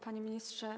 Panie Ministrze!